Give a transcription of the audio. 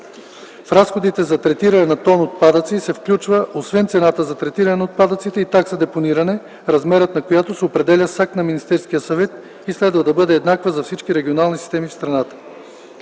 В разходите за третиране на тон отпадъци се включва освен цената за третиране на отпадъците и такса депониране, размерът на която се определя с акт на Министерския съвет и следва да бъде еднаква за всички регионални системи в страната.